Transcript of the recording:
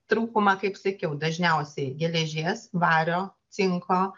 trūkumą kaip sakiau dažniausiai geležies vario cinko